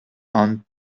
and